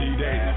D-Day